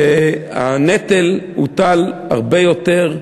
והנטל הוטל הרבה יותר,